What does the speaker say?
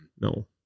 No